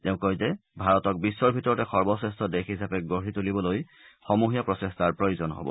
তেওঁ কয় যে ভাৰতক বিধৰ ভিতৰতে সৰ্বশ্ৰেষ্ঠ দেশ হিচাপে গঢ়ি তুলিবলৈ সমূহীয়া প্ৰচেষ্টাৰ প্ৰয়োজন হব